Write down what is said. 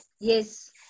Yes